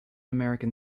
american